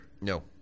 No